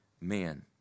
man